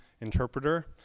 interpreter